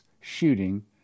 shooting